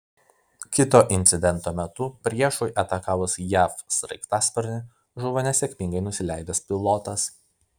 kito incidento metu priešui atakavus jav sraigtasparnį žuvo nesėkmingai nusileidęs pilotas